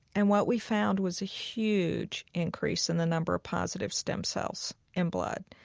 and what we found was a huge increase in the number of positive stem cells in blood.